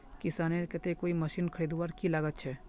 किसानेर केते कोई मशीन खरीदवार की लागत छे?